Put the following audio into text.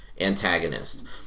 antagonist